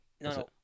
no